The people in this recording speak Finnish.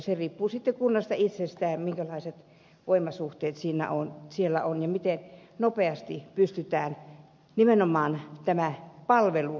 se riippuu sitten kunnasta itsestään minkälaiset voimasuhteet siellä on ja miten nopeasti pystytään nimenomaan tämä palvelurakenne uudistamaan